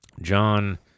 John